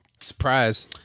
Surprise